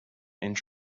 inch